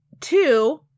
two